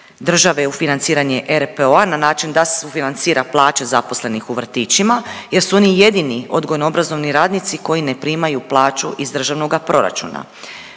države u financiranje RPO-a na način da sufinancira plaće zaposlenih u vrtićima jer su oni jedini odgojno-obrazovni radnici koji ne primaju plaću iz državnoga proračuna,